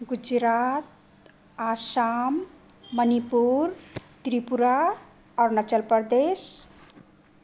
Gujarat Assam Manipur Tripura Arunachal Pradesh